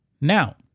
Now